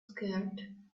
scared